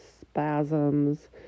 spasms